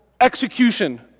execution